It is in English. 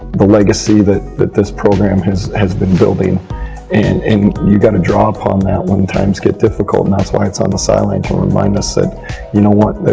the legacy that that this program has has been building and you gotta draw upon that when times get difficult. and that's why it's on the sideline to remind us that you know what,